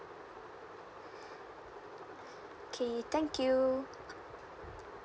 okay thank you